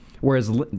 Whereas